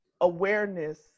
awareness